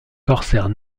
corsaires